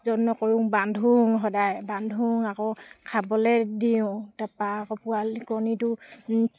যত্ন কৰোঁ বান্ধো সদায় বান্ধো আকৌ খাবলৈ দিওঁ তাৰপৰা আকৌ পোৱালি কণীটো